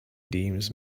deems